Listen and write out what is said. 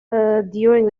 during